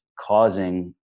causing